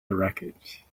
wreckage